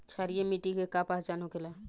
क्षारीय मिट्टी के का पहचान होखेला?